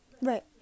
Right